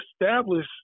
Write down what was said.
establish